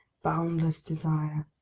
boundless desire.